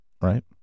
Right